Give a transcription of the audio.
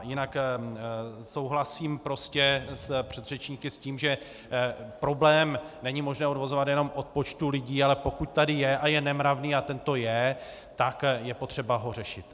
Jinak souhlasím s předřečníky s tím, že problém není možné odvozovat jenom od počtu lidí, ale pokud tady je a je nemravný, a tento je, tak je potřeba ho řešit.